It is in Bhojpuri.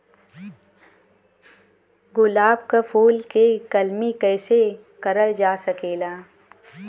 गुलाब क फूल के कलमी कैसे करल जा सकेला?